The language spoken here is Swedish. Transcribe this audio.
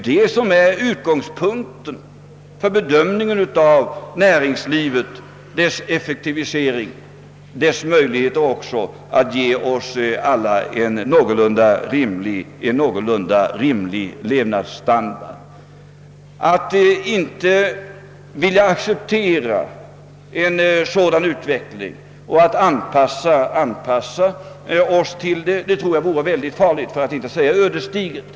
Detta är utgångspunkten för bedömningen av näringslivets möjligheter att ge oss alla en någorlunda rimlig levnadsstandard. Att inte vilja acceptera en sådan utveckling och anpassa oss till den tror jag vore väldigt farligt, för att inte säga ödesdigert.